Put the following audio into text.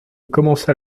commença